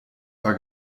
war